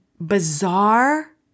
bizarre